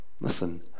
Listen